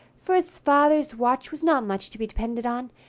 for his father's watch was not much to be depended on,